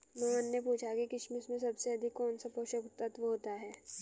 मोहन ने पूछा कि किशमिश में सबसे अधिक कौन सा पोषक तत्व होता है?